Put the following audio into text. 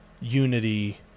unity